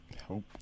Help